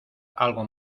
algo